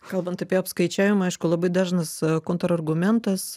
kalbant apie apskaičiavimą aišku labai dažnas kontrargumentas